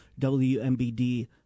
WMBD